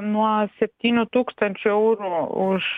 nuo septynių tūkstančių eurų už